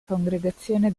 congregazione